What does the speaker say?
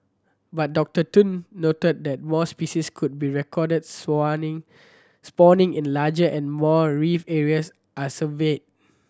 but Doctor Tun noted that more species could be recorded spawning it larger and more reef areas are surveyed